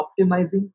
optimizing